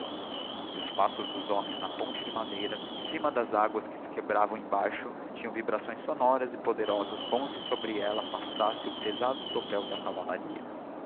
e os passos dos homens na ponte de madeira em cima das aguas que se quebravam em baixo tinham vibrações sonoras e poderosas como si sobre ella passasse o pesado tropel da cavallaria